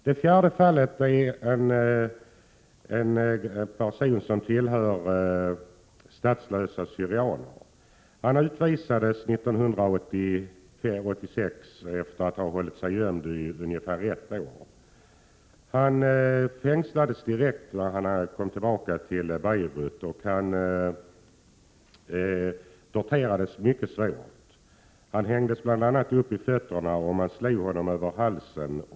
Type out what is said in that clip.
Det fjärde fallet gäller en person som tillhör de statslösa syrianerna. Han utvisades 1986 efter att ha hållit sig gömd i ungefär ett år. Han fängslades direkt när han kom tillbaka till Beirut, och han torterades mycket svårt. Bl. a. hängdes han upp i fötterna, och man slog honom över halsen.